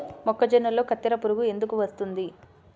మొక్కజొన్నలో కత్తెర పురుగు ఎందుకు వస్తుంది?